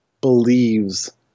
believes